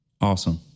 Awesome